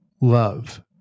love